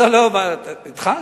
התחלת?